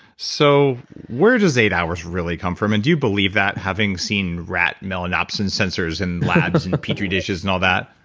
so where does eight hours really come from, and do you believe that having seen rat melanopsin sensors in labs and um petri dishes and all that?